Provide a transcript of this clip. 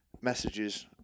messages